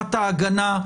רמת ההגנה?